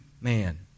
man